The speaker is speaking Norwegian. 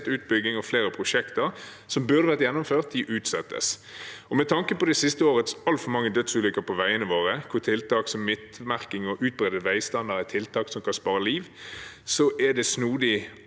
utbygging, og flere prosjekter som burde vært gjennomført, utsettes. Med tanke på det siste årets altfor mange dødsulykker på veiene våre og at tiltak som midtmerking og utbedret veistandard er tiltak som kan spare liv, er det snodig